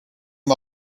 and